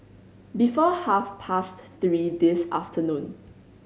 before half past three this afternoon